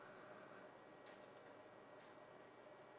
no John Pins store